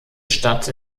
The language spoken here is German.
stadt